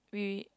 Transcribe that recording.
we